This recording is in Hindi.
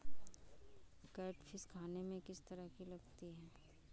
कैटफिश खाने में किस तरह की लगती है?